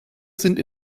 sind